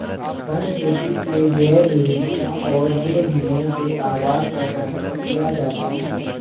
one खेती से जैव विविधता और वन्यजीवों के आवास का सरंक्षण किया जाता है